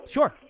Sure